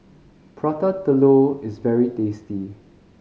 Prata Telur is very tasty